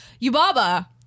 Yubaba